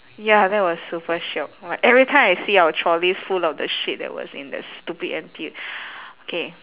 ya that was super shiok !wah! every time I see our trolleys full of the shit that was in the stupid N_T_U K